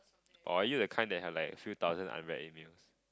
or are you the kind that have like a few thousand unread emails